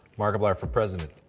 markiplier for president.